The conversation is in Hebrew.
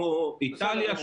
כמו איטליה,